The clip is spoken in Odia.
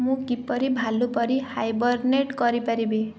ମୁଁ କିପରି ଭାଲୁ ପରି ହାଇବର୍ନେଟ୍ କରିପାରିବି